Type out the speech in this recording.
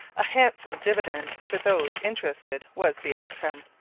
a handsome dividend for those interested was the outcome.